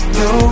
no